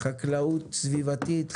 חקלאות סביבתית,